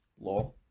Law